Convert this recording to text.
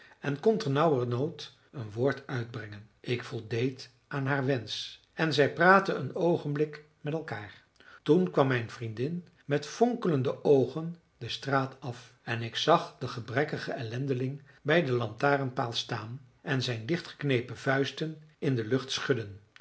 en kon ternauwernood een woord uitbrengen ik voldeed aan haar wensch en zij praatten een oogenblik met elkaar toen kwam mijn vriendin met fonkelende oogen de straat af en ik zag den gebrekkigen ellendeling bij den lantaarnpaal staan en zijn dichtgeknepen vuisten in de lucht schudden